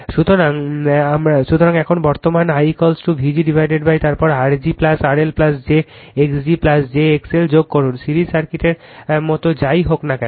সুতরাং এখন বর্তমান IVgতারপর R g RL j x g j XL যোগ করুন সিরিজ সার্কিটের মত যাই হোক না কেন